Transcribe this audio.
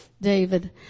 David